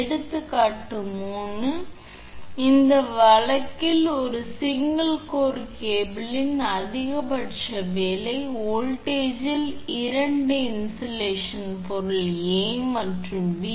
எடுத்துக்காட்டு 3 இந்த வழக்கில் ஒரு சிங்கள் கோர் கேபிளின் அதிகபட்ச வேலை வோல்ட்டேஜில் இரண்டு இன்சுலேடிங் பொருள் A மற்றும் B